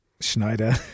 schneider